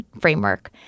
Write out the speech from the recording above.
framework